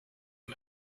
and